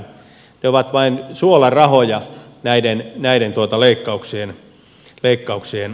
ne ovat vain suolarahoja näiden leikkauksien rinnalla